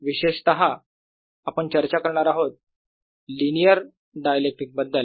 विशेषतः आपण चर्चा करणार आहोत लिनियर डायइलेक्ट्रिक बद्दल